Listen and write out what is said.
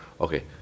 okay